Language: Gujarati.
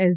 એસ